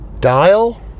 Dial